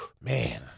Man